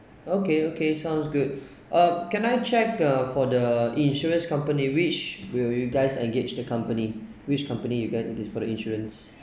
okay okay sounds good uh can I check uh for the insurance company which will you guys engage the company which company guys for the insurance